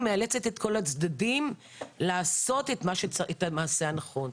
מאלצת את כל הצדדים לעשות את המעשה הנכון.